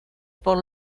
por